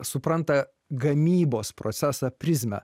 supranta gamybos procesą prizmę